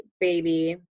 baby